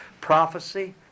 prophecy